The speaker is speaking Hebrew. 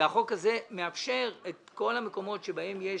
והחוק הזה מאפשר להוסיף לעוד כמה חודשים את כל המקומות שבהם יש